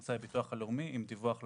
המוסד לביטוח הלאומי עם דיווח לאוצר.